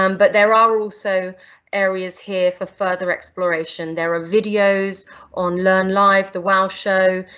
um but there are also areas here for further exploration, there are videos on learn live, the wow show,